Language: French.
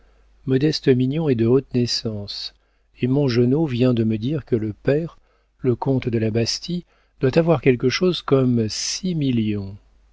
modeste mignon est de haute naissance et mongenod vient de me dire que le père le comte de la bastie doit avoir quelque chose comme six millions